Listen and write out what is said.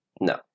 No